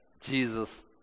Jesus